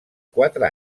quatre